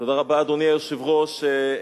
אדוני היושב-ראש,